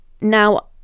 Now